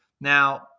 Now